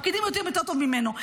הפקידים יודעים יותר טוב ממנו.